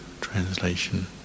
translation